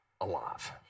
alive